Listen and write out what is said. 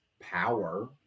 power